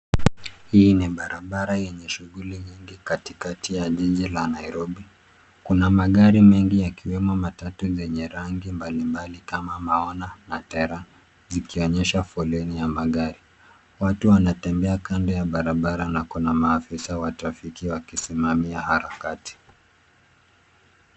Hii ni barabara yenye shughuli nyingi katikati ya jiji la Nairobi. Kuna magari mengi yenye yakiwemo matatu zenye rangi mbalimbali kama maona na terror zikionyesha foleni ya magari. Watu wanatembea kando ya barabara na kuna maafisa wa trafiki wakisimamia harakati.